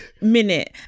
minute